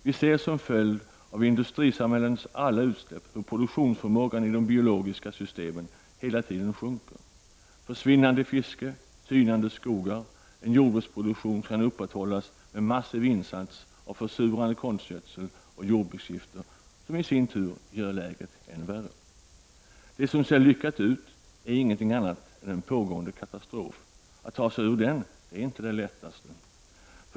Vi ser som ett resultat av industrisamhällets alla utsläpp hur produktionsförmågan i de biologiska systemen hela tiden sjunker, och följden blir försvinnande fiske, tynande skogar och en jordbruksproduktion som kan upprätthållas med massiv insats av försurande konstgödsel och jordbruksgifter, som i sin tur gör läget än värre. Det som ser lyckat ut är inget annat än en pågående katastrof. Att ta sig ur den är inte det lättaste.